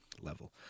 level